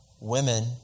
women